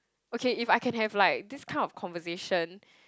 okay if I can have like this kind of conversation